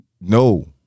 no